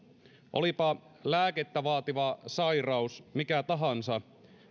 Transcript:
olipa lääkettä vaativa sairaus mikä tahansa